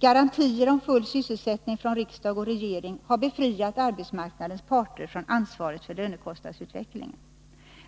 Garantier om full sysselsättning från riksdag och regering har befriat arbetsmarknadens parter från ansvaret för lönekostnadsutvecklingen.